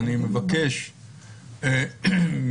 ואני מבקש ממך,